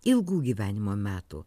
ilgų gyvenimo metų